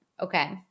okay